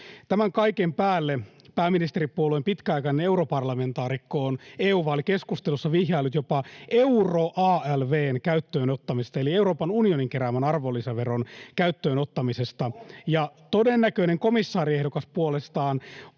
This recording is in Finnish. Tämän kaiken päälle pääministeripuolueen pitkäaikainen europarlamentaarikko on EU-vaalikeskusteluissa vihjaillut jopa euro-alv:n käyttöön ottamisesta eli Euroopan unionin keräämän arvonlisäveron käyttöön ottamisesta, [Tuomas Kettunen: Ohhoh!] ja todennäköinen komissaariehdokas puolestaan